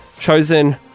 chosen